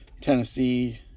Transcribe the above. Tennessee